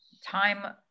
time